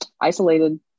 isolated